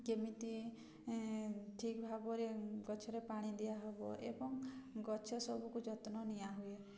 କେମିତି ଠିକ୍ ଭାବରେ ଗଛରେ ପାଣି ଦିଆହେବ ଏବଂ ଗଛ ସବୁକୁ ଯତ୍ନ ନିଆହୁଏ